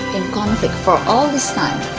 in conflict for all this time,